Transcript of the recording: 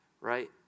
right